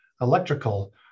electrical